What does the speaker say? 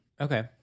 Okay